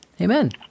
Amen